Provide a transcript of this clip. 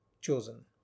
chosen